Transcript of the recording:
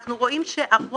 אנחנו רואים שהרוב,